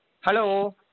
Hello